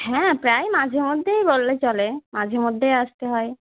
হ্যাঁ প্রায় মাঝেমধ্যেই বললে চলে মাঝেমধ্যেই আসতে হয়